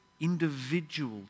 individual